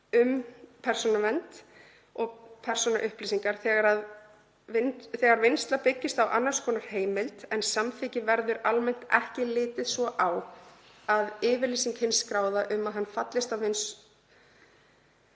um persónuvernd og vinnslu persónuupplýsinga. Þegar vinnsla byggist á annars konar heimild en samþykki verður almennt ekki litið svo á að yfirlýsing hins skráða um að hann fallist á